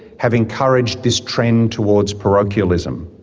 have encouraged this trend towards parochialism.